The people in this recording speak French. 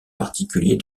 particulier